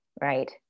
right